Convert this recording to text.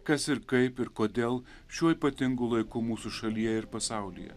kas ir kaip ir kodėl šiuo ypatingu laiku mūsų šalyje ir pasaulyje